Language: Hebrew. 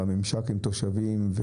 ומימשק עם תושבים.